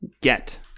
get